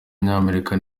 w’umunyamerika